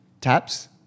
Taps